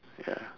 ya